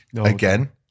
again